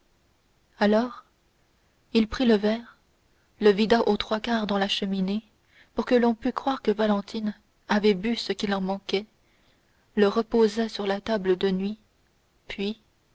alors il prit le verre le vida aux trois quarts dans la cheminée pour que l'on pût croire que valentine avait bu ce qu'il en manquait le reposa sur la table de nuit puis